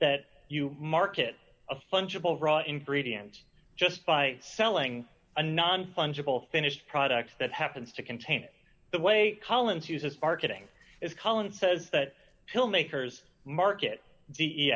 that you market a fungible raw ingredients just by selling a non fungible finished product that happens to contain it the way collins uses marketing is cullen says that filmmakers market d e